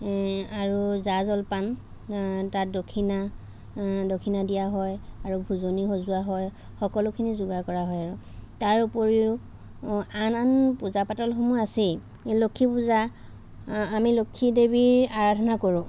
আৰু জা জলপান তাত দক্ষিণা দক্ষিণা দিয়া হয় আৰু ভোজনি সজোৱা হয় সকলোখিনি যোগাৰ কৰা হয় আৰু তাৰ উপৰিও আন আন পূজা পাতল সমূহ আছেই লক্ষ্মীপূজা আমি লক্ষ্মীদেৱীৰ আৰাধনা কৰোঁ